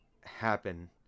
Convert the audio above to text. happen